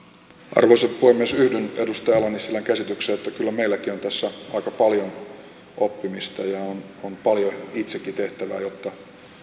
arvoisa puhemies yhdyn edustaja ala nissilän käsitykseen että kyllä meilläkin on tässä aika paljon oppimista ja on on paljon itsekin tehtävä jotta